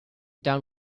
down